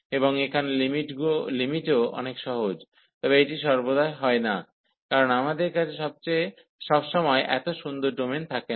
এবং এখানে লিমিটটিও অনেক সহজ তবে এটি সর্বদা হয় না কারণ আমাদের কাছে সবসময় এত সুন্দর ডোমেন থাকে না